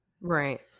right